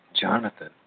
Jonathan